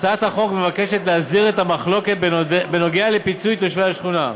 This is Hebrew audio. הצעת החוק מבקשת להסדיר את המחלוקת בנוגע לפיצוי תושבי השכונה.